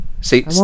See